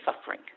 suffering